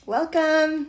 Welcome